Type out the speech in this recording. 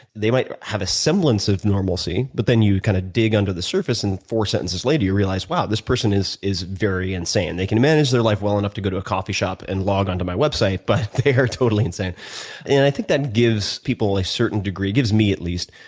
they might have a semblance of normalcy, but then you kind of dig under the surface and four sentences later you realize, wow this person is is very insane. they can manage their life well enough to go to a coffee shop and log onto my website, but they are totally insane and i think that give people a certain degree gives me at least,